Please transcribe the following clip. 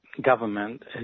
government